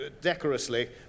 decorously